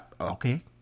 Okay